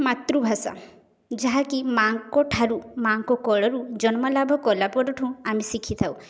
ମାତୃଭାଷା ଯାହାକି ମାଆଙ୍କ ଠାରୁ ମାଆଙ୍କ କୋଳରୁ ଜନ୍ମଲାଭ କଲା ପରଠୁ ଆମେ ଶିଖିଥାଉ